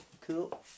cool